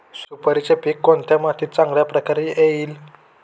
सुपारीचे पीक कोणत्या मातीत चांगल्या प्रकारे घेता येईल?